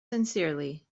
sincerely